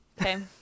Okay